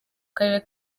karere